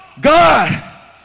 God